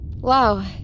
Wow